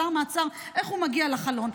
בתא המעצר איך הוא מגיע לחלון?